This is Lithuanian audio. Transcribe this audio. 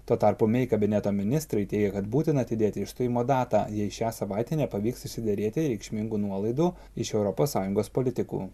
tuo tarpu mei kabineto ministrai teigia kad būtina atidėti išstojimo datą jei šią savaitę nepavyks išsiderėti reikšmingų nuolaidų iš europos sąjungos politikų